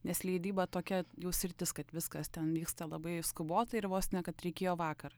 nes leidyba tokia jau sritis kad viskas ten vyksta labai skubotai ir vos ne kad reikėjo vakar